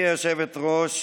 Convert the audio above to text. גברתי היושבת-ראש,